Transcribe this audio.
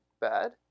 bad